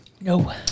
No